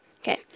Okay